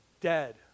dead